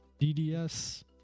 DDS